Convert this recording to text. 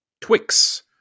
Twix